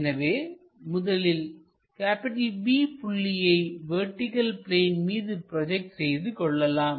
எனவே முதலில் B புள்ளியை வெர்டிகள் பிளேன் மீது ப்ரோஜெக்ட் செய்து கொள்ளலாம்